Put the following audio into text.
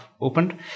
opened